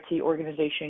organization